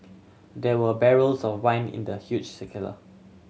there were barrels of wine in the huge